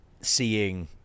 seeing